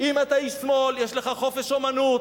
אם אתה איש שמאל, יש לך חופש אמנות.